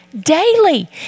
daily